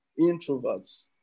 introverts